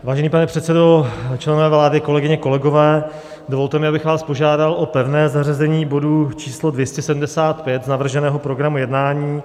Vážený pane předsedo, členové vlády, kolegyně, kolegové, dovolte mi, abych vás požádal o pevné zařazení bodu číslo 275 z navrženého programu jednání.